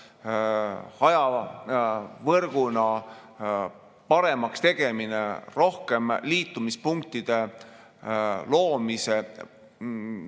hajavõrguna paremaks tegemine, rohkemate liitumispunktide loomise